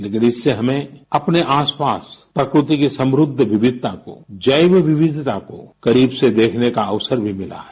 मगर इससे हमें अपने आसपास प्रकृति की समृद्ध विविधता जैव विविधता करीब से देखने का अवसर भी मिला है